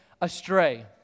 astray